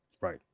right